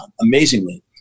amazingly